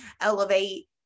elevate